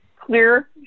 clear